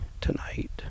tonight